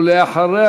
ואחריה,